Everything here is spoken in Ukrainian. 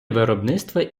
виробництва